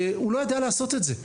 לא יודע לעשות את זה.